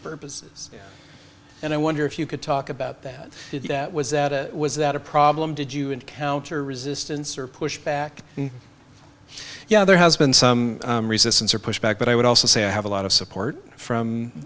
purposes and i wonder if you could talk about that that was that it was that a problem did you encounter resistance or pushback yeah there has been some resistance or pushback but i would also say i have a lot of support from